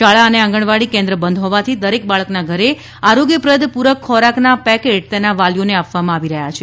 શાળા અને આંગણવાડી કે ન્દ્ર બંધ હોવાથી દરેક બાળકના ઘરે આરોગ્યપ્રદ પૂરક ખોરાકના પેકેટ તેના વાલીઓને આપવામાં આવી રહ્યા છે